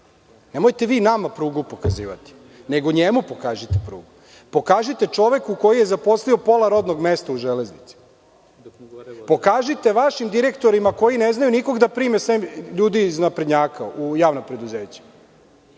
Nemojte vi nama prugu pokazivati, nego njemu pokažite prugu. Pokažite čoveku koji je zaposlio pola rodnog mesta u „Železnici“. Pokažite vašim direktorima koji ne znaju nikoga da prime sem ljudi iz naprednjaka u javna preduzeća.